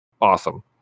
awesome